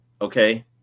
Okay